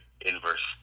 inverse